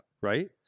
Right